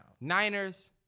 Niners